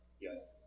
yes